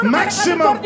maximum